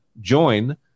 join